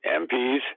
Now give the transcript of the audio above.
MPs